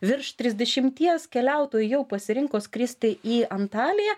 virš trisdešimties keliautojų jau pasirinko skristi į antaliją